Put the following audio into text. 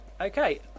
Okay